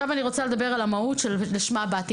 אני רוצה לדבר על המהות שלשמה באתי,